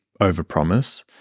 overpromise